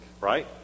right